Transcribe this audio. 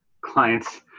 clients